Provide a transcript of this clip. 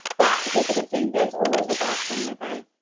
but here's a good thing. there's always a bathroom nearby.